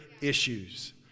issues